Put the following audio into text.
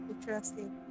interesting